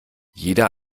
jeder